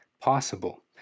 possible